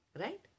Right